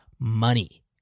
money